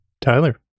tyler